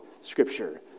scripture